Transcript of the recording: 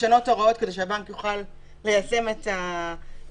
לשנות הוראות כדי שהבנק יוכל ליישם את המסמך.